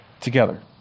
together